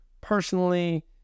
personally